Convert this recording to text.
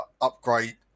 upgrade